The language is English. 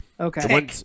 okay